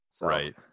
Right